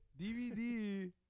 DVD